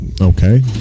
Okay